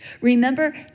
Remember